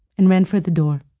and ran for the door